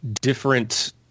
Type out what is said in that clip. different